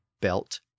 belt